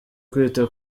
kwita